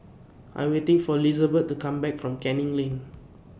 I Am waiting For Lizabeth to Come Back from Canning Lane